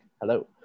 hello